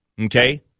okay